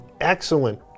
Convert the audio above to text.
excellent